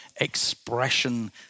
expression